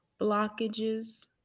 blockages